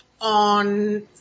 on